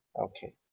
Okay